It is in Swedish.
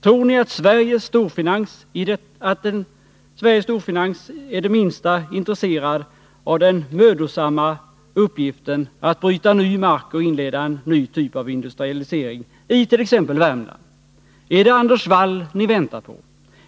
Tror ni att Sveriges storfinans är det minsta intresserad av den mödosamma uppgiften att bryta ny mark och inleda en ny typ av industrialisering i t.ex. Värmland? Är det Anders Wall ni väntar på?